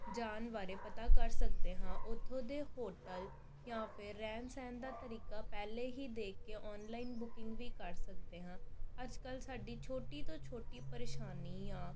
ਜਾਣ ਬਾਰੇ ਪਤਾ ਕਰ ਸਕਦੇ ਹਾਂ ਉੱਥੋਂ ਦੇ ਹੋਟਲ ਜਾਂ ਫਿਰ ਰਹਿਣ ਸਹਿਣ ਦਾ ਤਰੀਕਾ ਪਹਿਲੇ ਹੀ ਦੇਖ ਕੇ ਔਨਲਾਈਨ ਬੁਕਿੰਗ ਵੀ ਕਰ ਸਕਦੇ ਹਾਂ ਅੱਜ ਕੱਲ੍ਹ ਸਾਡੀ ਛੋਟੀ ਤੋਂ ਛੋਟੀ ਪਰੇਸ਼ਾਨੀਆਂ